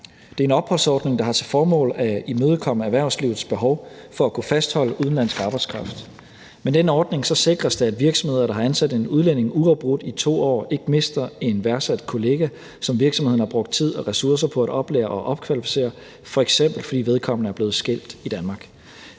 Det er en opholdsordning, der har til formål at imødekomme erhvervslivets behov for at kunne fastholde udenlandsk arbejdskraft. Med denne ordning sikres det, at virksomheder, der har ansat en udlænding uafbrudt i 2 år, ikke mister en værdsat kollega, som virksomheden har brugt tid og ressourcer på at oplære og opkvalificere, f.eks. fordi vedkommende er blevet skilt i Danmark.